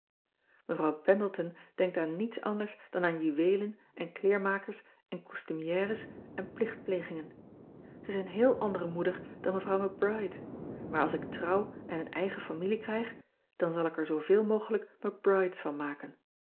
evrouw endleton denkt aan niets anders dan aan juweelen en kleermakers en costumières en plichtplegingen e is een heel andere moeder dan evrouw c ride maar als ik trouw en een eigen familie krijg dan zal ik er zooveel mogelijk c rides van maken